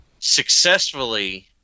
Successfully